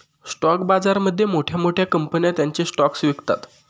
stock बाजारामध्ये मोठ्या मोठ्या कंपन्या त्यांचे स्टॉक्स विकतात